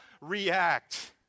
react